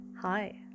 Hi